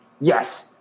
Yes